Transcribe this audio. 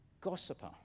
gossiper